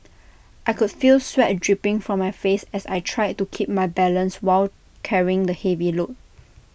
I could feel sweat and dripping from my face as I tried to keep my balance while carrying the heavy load